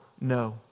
no